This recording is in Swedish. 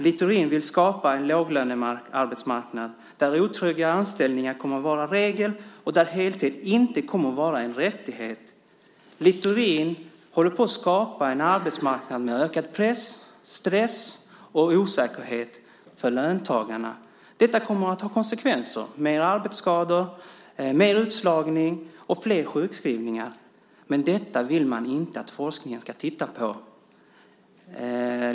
Littorin vill skapa en låglönearbetsmarknad där otrygga anställningar kommer att vara regel och där heltid inte kommer att vara en rättighet. Littorin håller på att skapa en arbetsmarknad med ökad press, stress och osäkerhet för löntagarna. Detta kommer att få konsekvenser, mer arbetsskador, mer utslagning och flera sjukskrivningar, men detta vill man inte att forskningen ska titta på.